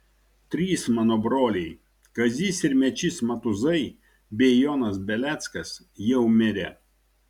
trys mano broliai kazys ir mečys matuzai bei jonas beleckas jau mirę